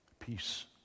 peace